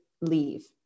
leave